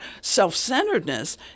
self-centeredness